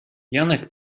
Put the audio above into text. janek